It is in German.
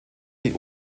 die